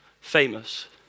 famous